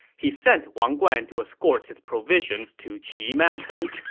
he sent wang guan to escort his provisions to qi mountain.